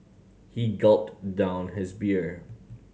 he gulped down his beer